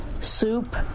soup